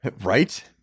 Right